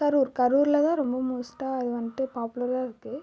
கரூர் கரூரில் தான் ரொம்ப மோஸ்ட்டாக அது வந்துட்டு பாப்புலராக இருக்குது